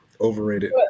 Overrated